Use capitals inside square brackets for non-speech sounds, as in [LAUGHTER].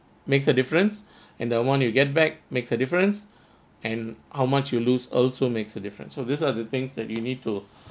makes a difference [BREATH] and the one you get back makes a difference and how much you lose also makes a difference so these are the things that you need to